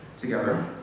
together